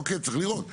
אוקיי, צריך לראות.